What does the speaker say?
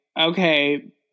okay